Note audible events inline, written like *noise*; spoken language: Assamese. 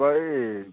*unintelligible*